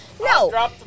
No